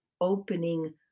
opening